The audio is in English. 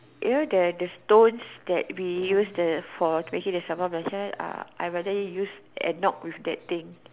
you know the the stones that we use for the making of sambal-belacan uh I rather use and knock with that thing